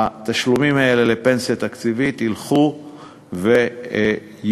התשלומים לפנסיה תקציבית ילכו ויפחתו.